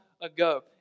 ago